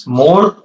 more